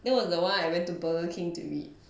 that what's the one I went to burger king to read